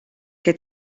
che